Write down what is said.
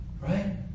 Right